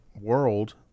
world